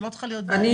לא צריכה להיות בעיה.